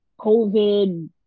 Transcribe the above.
covid